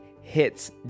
hits